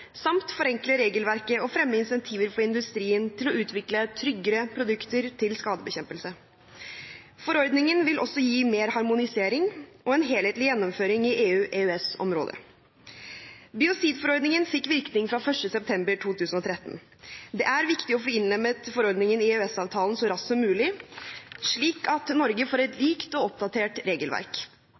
samt forenkle regelverket og fremme insentiver for industrien til å utvikle tryggere produkter til skadebekjempelse. Forordningen vil også gi mer harmonisering og en helhetlig gjennomføring i EU/EØS-området. Biocidforordningen fikk virkning fra 1. september 2013. Det er viktig å få innlemmet forordningen i EØS-avtalen så raskt som mulig, slik at Norge får et likt og oppdatert regelverk.